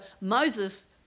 Moses